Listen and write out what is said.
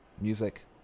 music